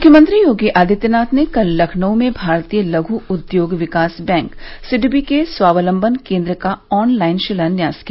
मुख्यमंत्री योगी आदित्यनाथ ने कल लखनऊ में भारतीय लघु उद्योग विकास बैंक सिडबी के स्वावलम्बन केन्द्र का आन लाइन शिलान्यास किया